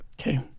Okay